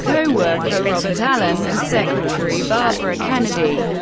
co-worker robert allen and secretary barbara kennedy.